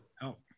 help